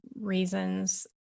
reasons